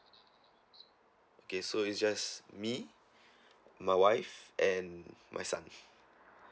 okay so is just me my wife and my son